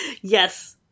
yes